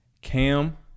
Cam